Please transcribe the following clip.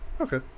okay